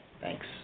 Thanks